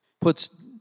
puts